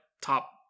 top